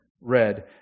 read